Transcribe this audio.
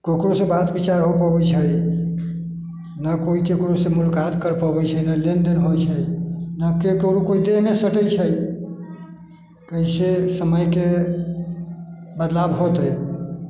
ककरोसँ बात विचार हो पाबैत छै नहि केओ ककरोसँ मुलाकात कर पाबैत छै नहि लेन देन होइत छै नहि ककरो केओ देहमे सटैत छै कैसे समयके बदलाव होतै